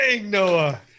Noah